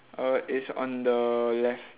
uh it's on the left